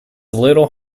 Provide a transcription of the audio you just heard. little